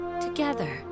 together